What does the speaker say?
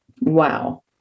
Wow